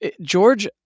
George